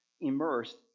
immersed